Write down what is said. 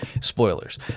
Spoilers